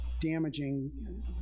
damaging